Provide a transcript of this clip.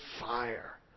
fire